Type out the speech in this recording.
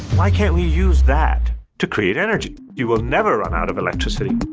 why can't we use that to create energy? you will never run out of electricity.